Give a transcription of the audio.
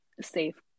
safe